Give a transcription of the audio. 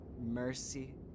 Mercy